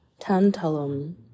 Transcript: tantalum